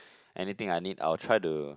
anything I need I would try to